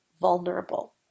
vulnerable